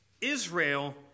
Israel